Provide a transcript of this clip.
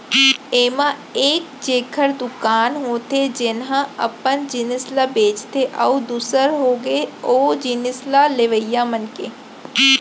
ऐमा एक जेखर दुकान होथे जेनहा अपन जिनिस ल बेंचथे अउ दूसर होगे ओ जिनिस ल लेवइया मनखे